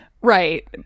right